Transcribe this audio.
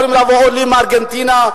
יכולים לבוא עולים מארגנטינה,